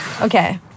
Okay